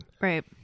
right